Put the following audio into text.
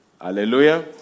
Hallelujah